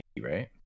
right